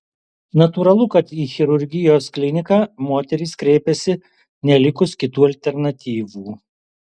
natūralu kad į chirurgijos kliniką moterys kreipiasi nelikus kitų alternatyvų